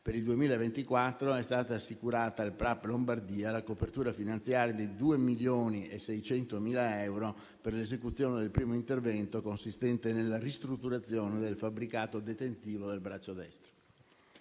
Per il 2024 è stata assicurata al Prap Lombardia la copertura finanziaria di 2,6 milioni di euro per l'esecuzione del primo intervento, consistente nella ristrutturazione del fabbricato detentivo del braccio destro.